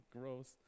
gross